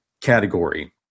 category